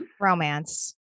romance